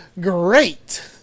great